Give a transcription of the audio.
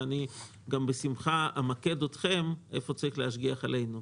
אני בשמחה אמקד אתכם איפה צריך להשגיח עלינו,